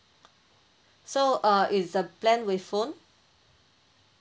so uh is the plan with phone